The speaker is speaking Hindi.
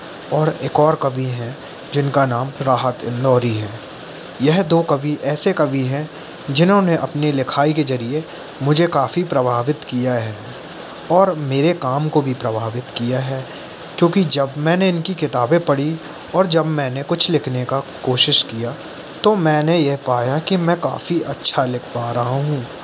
और एक और कवि हैं जिनका नाम राहत इंदौरी है यह दो कवि ऐसे कवि हैं जिन्होंने अपने लिखाई के ज़रिए मुझे काफ़ी प्रभावित किया है और मेरे काम को भी प्रभावित किया है क्योंकि जब मैंने इनकी किताबें पढ़ी और जब मैंने कुछ लिखने का कोशिश किया तो मैंने यह पाया कि मैं काफ़ी अच्छा लिख पा रहा हूँ